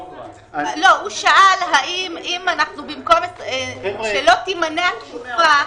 הוא שאל, אם במקום שלא תימנה התקופה,